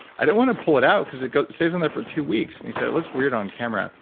i don't want to pull it out cause it stays in there for two weeks. and he said it looks weird on camera.